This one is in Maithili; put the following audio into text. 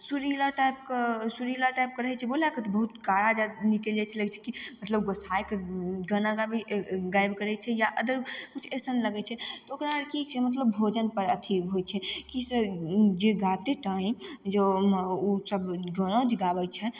सुरीला टाइपके सुरीला टाइपके रहय छै बोलयके बहुत निकलि जाइ छै लगय छै कि मतलब गुस्सायके गाना गाबय गाबि करय छै या अदर किछु एसन लगय छै ओकरा की छै मतलब भोजनपर अथी होइ छै कि से जे गाते टाइम जे ओ उसब गाना जे गाबय छै